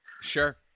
Sure